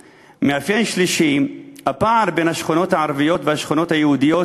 3. הפער בין השכונות הערביות והשכונות היהודיות